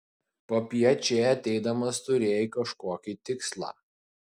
popiet čia ateidamas turėjai kažkokį tikslą